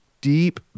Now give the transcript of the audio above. deep